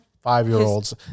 Five-year-olds